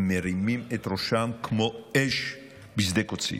הם מרימים את ראשם כמו אש בשדה קוצים.